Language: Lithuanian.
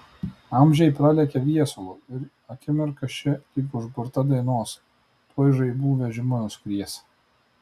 amžiai pralekia viesulu ir akimirka ši lyg užburta dainos tuoj žaibų vežimu nuskries